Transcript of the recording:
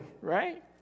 right